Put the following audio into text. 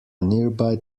nearby